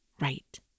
right